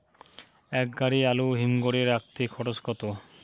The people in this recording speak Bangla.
এক গাড়ি আলু হিমঘরে রাখতে খরচ কত?